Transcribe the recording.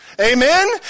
amen